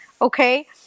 Okay